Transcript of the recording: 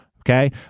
Okay